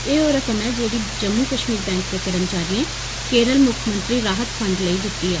एह् ओह् रकम ऐ जेड़ी जम्मू कश्मीर बैंक दे कर्मचारियें केरल मुक्खमंत्री राहत फंड लेई दिती ऐ